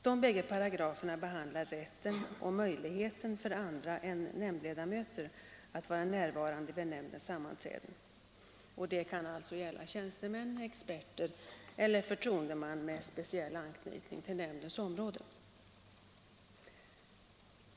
De bägge paragraferna behandlar rätten och möjligheten för andra än nämndledamöter att vara närvarande vid nämndens sammanträden. Det kan gälla tjänsteman, expert eller förtroendeman med speciell anknytning till nämndens område.